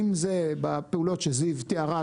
אם זה פעולות שזיו תיארה,